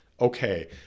Okay